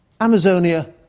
Amazonia